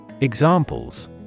Examples